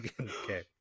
Okay